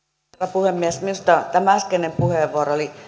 puhemies minusta tämä äskeinen puheenvuoro oli tärkeä